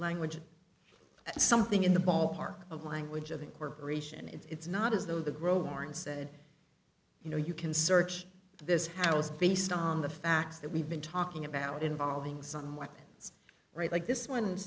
language or something in the ballpark of language of incorporation it's not as though the grower and said you know you can search this house based on the facts that we've been talking about involving some weapons right like this one